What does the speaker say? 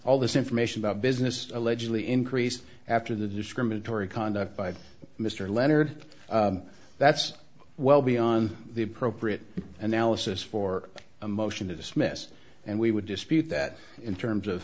all this information about business allegedly increased after the discriminatory conduct by mr leonard that's well beyond the appropriate analysis for a motion to dismiss and we would dispute that in terms of